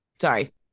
sorry